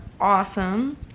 awesome